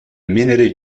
minerai